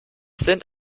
sind